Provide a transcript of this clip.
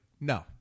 no